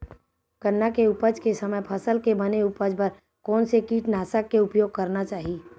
गन्ना के उपज के समय फसल के बने उपज बर कोन से कीटनाशक के उपयोग करना चाहि?